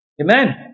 Amen